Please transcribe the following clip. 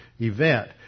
event